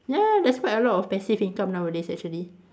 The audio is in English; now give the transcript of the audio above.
ya there's quite a lot of passive income nowadays actually